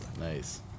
nice